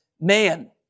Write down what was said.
Man